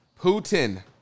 Putin